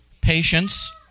patience